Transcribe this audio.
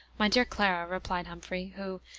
my dear clara, replied humphrey who,